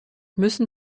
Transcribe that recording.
müssen